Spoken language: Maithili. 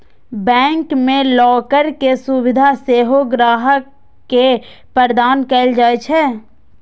बैंक मे लॉकर के सुविधा सेहो ग्राहक के प्रदान कैल जाइ छै